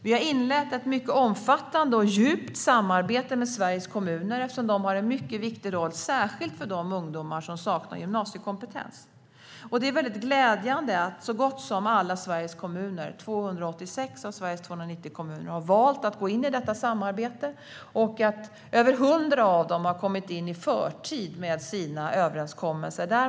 Vi har inlett ett mycket omfattande och djupt samarbete med Sveriges kommuner eftersom de har en mycket viktig roll särskilt för de ungdomar som saknar gymnasiekompetens. Det är glädjande att så gott som alla Sveriges kommuner - 286 av de 290 - har valt att gå in i detta samarbete och att över 100 av dem har kommit in i förtid med sina överenskommelser.